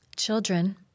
Children